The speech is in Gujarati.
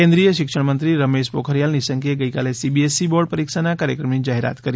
કેન્દ્રિય શિક્ષણ મંત્રી રમેશ પોખરિયાલ નિશંકે ગઈકાલે સીબીએસઇ બોર્ડ પરીક્ષાના કાર્યક્રમની જાહેરાત કરી